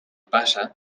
passa